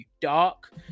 Dark